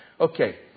Okay